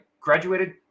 graduated